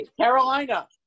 Carolina